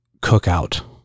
cookout